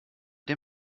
der